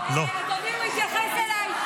--- אדוני, הוא התייחס אליי.